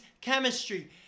chemistry